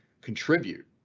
contribute